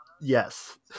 yes